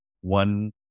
one